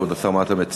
כבוד השר, מה אתה מציע?